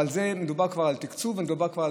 אבל מדובר כבר על תקצוב ומדובר כבר על